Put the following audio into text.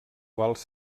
quals